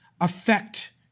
affect